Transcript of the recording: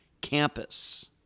campus